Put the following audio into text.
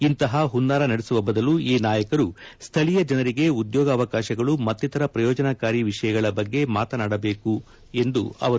ಇಂತಹ ಹುನ್ನಾರ ನಡೆಸುವ ಬದಲು ಈ ನಾಯಕರು ಸ್ಥಳೀಯ ಜನರಿಗೆ ಉದ್ಯೋಗಾವಕಾಶಗಳು ಮತ್ತಿತರ ಪ್ರಯೋಜನಕಾರಿ ವಿಷಯಗಳ ಬಗ್ಗೆ ಮಾತನಾಡಬೇಕು ಎಂದರು